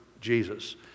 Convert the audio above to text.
Jesus